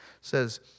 says